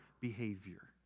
behavior